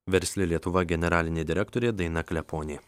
versli lietuva generalinė direktorė daina kleponė